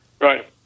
Right